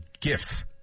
Gifts